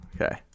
Okay